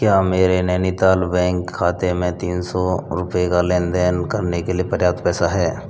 क्या मेरे नैनीताल बैंक खाते में तीन सौ रुपये का लेन देन करने के लिए पर्याप्त पैसा है